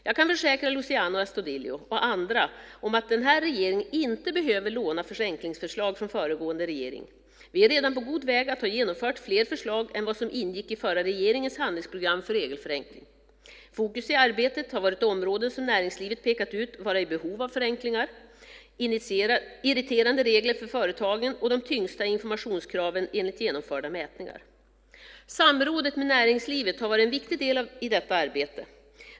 Jag kan försäkra Luciano Astudillo och andra om att den här regeringen inte behöver låna förenklingsförslag från föregående regering. Vi är redan på god väg att ha genomfört fler förslag än vad som ingick i den förra regeringens handlingsprogram för regelförenkling. Fokus i arbetet har varit områden som näringslivet har pekat ut vara i behov av förenklingar, irriterande regler för företagen och de tyngsta informationskraven enligt genomförda mätningar. Samrådet med näringslivet har varit en viktig del i detta arbete.